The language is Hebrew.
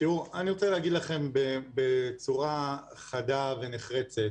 אני רוצה להגיד לכם בצורה חדה ונחרצת